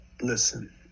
listen